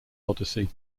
odyssey